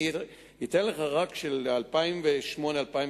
אני אתן לך רק את הנתונים של 2008 2009,